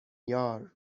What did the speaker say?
یار